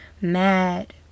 mad